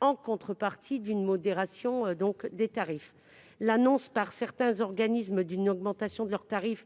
en contrepartie d'une modération des tarifs. L'annonce par certains organismes d'une hausse de leurs tarifs